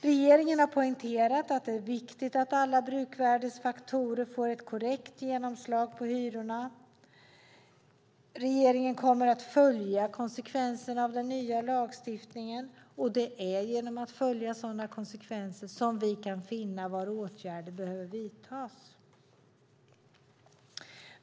Regeringen har poängterat att det är viktigt att alla bruksvärdesfaktorer får ett korrekt genomslag på hyrorna. Regeringen kommer att följa konsekvenserna av den nya lagstiftningen, och det är genom att följa sådana konsekvenser som vi kan se var åtgärder behöver vidtas.